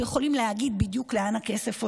שיכולים להגיד בדיוק לאן הכסף הולך,